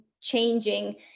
changing